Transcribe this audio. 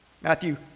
Matthew